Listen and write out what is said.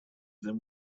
them